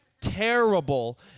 terrible